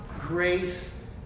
grace